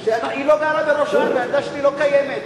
שהיא לא גרה בראש-העין והילדה שלי לא קיימת.